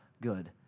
good